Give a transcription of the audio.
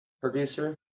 producer